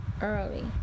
early